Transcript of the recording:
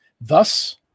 Thus